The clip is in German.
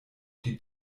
die